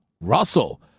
Russell